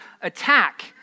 attack